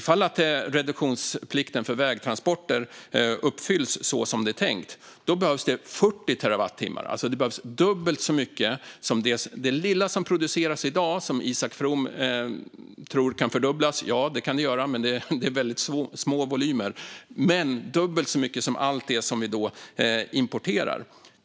Om reduktionsplikten för vägtransporter uppfylls som det är tänkt behövs 40 terawattimmar, alltså dubbelt så mycket som det lilla som produceras i dag och som Isak From tror kan fördubblas. Ja, det kan fördubblas, men det handlar om väldigt små volymer, och det som behövs är dubbelt så mycket som allt det som vi importerar.